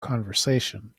conversation